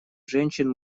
женщин